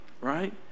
right